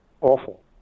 awful